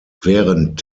während